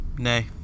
Nay